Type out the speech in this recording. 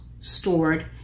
stored